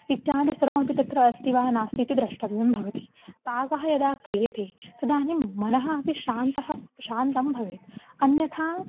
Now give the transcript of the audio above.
इत्यादि सर्वमपि तत्र अस्ति वा नास्ति इति द्रष्टव्यं भवति पाकः यदा क्रियते तदानीं मनः शान्तः शान्तं भवेत् अन्यथा